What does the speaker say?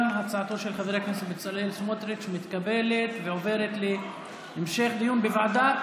גם הצעתו של חבר הכנסת בצלאל סמוטריץ' מתקבלת ועוברת להמשך דיון בוועדה